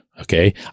okay